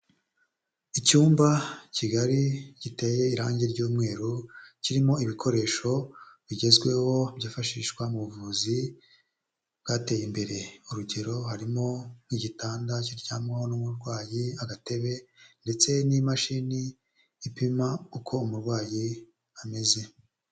Icyumba kigari giteye irangi ry'umweru, kirimo ibikoresho bigezweho byifashishwa mu buvuzi bwateye imbere, urugero harimo nk'igitanda kiryamaho n'umurwayi, agatebe ndetse n'imashini ipima uko umurwayi ameze.